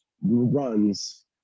runs